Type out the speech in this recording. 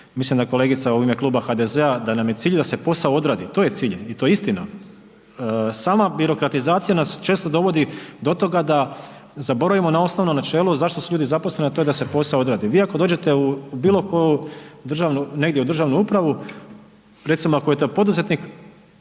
mislim da kolegica u ime Kluba HDZ-a da nam je cilj da se posao odradi, to je cilj i to je istina. Sama birokratizacija nas često dovodi do toga da zaboravimo na osnovno načelo zašto su ljudi zaposleni, a to je da se posao odradi. Vi ako dođete u bilo koju, negdje u državnu upravu, recimo ako to poduzetnik,